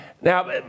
Now